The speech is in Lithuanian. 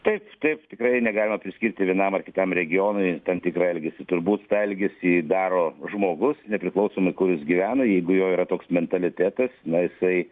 taip taip tikrai negalima priskirti vienam ar kitam regionui tam tikrą elgesį turbūt elgesį daro žmogus nepriklausomai kur jis gyvena jeigu jo yra toks mentalitetas na jisai